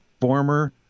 former